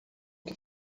que